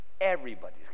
everybody's